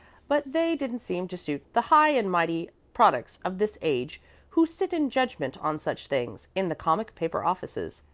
but they didn't seem to suit the high and mighty products of this age who sit in judgment on such things in the comic-paper offices.